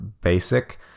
basic